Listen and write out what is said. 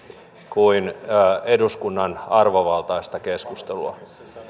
kuin eduskunnan arvovaltaista keskustelua